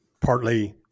partly